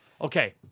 okay